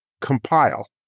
compile